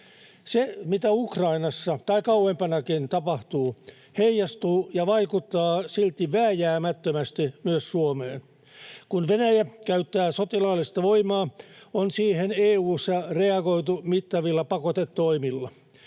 Se, mitä Ukrainassa tai kauempanakin tapahtuu, heijastuu ja vaikuttaa silti vääjäämättömästi myös Suomeen. Kun Venäjä käyttää sotilaallista voimaa, on siihen EU:ssa reagoitu mittavilla pakotetoimilla.